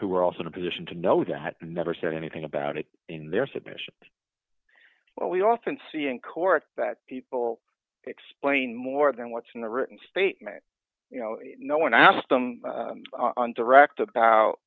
who were also in a position to know that never said anything about it in their submission but we often see in court that people explain more than what's in the written statement you know no one asked them direct about